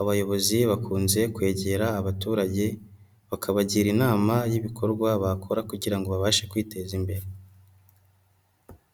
abayobozi bakunze kwegera abaturage, bakabagira inama y'ibikorwa bakora kugira ngo babashe kwiteza imbere.